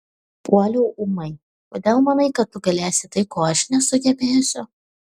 puoliau ūmai kodėl manai kad tu galėsi tai ko aš nesugebėsiu